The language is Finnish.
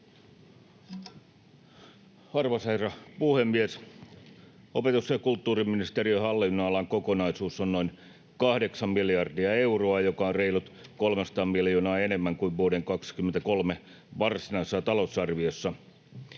Arvoisa herra puhemies! Opetus- ja kulttuuriministeriön hallinnonalan kokonaisuus on noin kahdeksan miljardia euroa, joka on reilut 300 miljoonaa enemmän kuin vuoden 23 varsinaisessa talousarviossa.